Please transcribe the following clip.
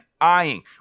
eyeing